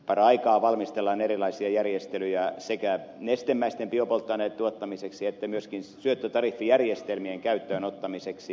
paraikaa valmistellaan erilaisia järjestelyjä sekä nestemäisten biopolttoaineiden tuottamiseksi että myöskin syöttötariffijärjestelmien käyttöön ottamiseksi